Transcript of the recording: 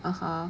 (uh huh)